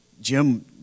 Jim